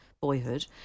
boyhood